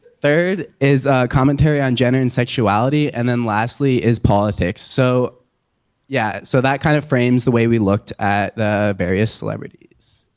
third is commentary on gender and sexuality. and then lastly is politics. so yeah, so that kind of frames the way we looked at the various celebrities.